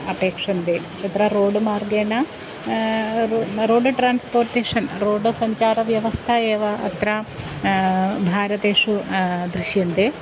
अपेक्ष्यन्ते तत्र रोड् मार्गेन रो न रोड् ट्रान्स्पोर्टिशन् रोड् सञ्चारव्यवस्था एव अत्र भारतेषु दृश्यन्ते